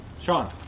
Sean